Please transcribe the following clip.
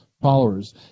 followers